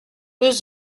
deux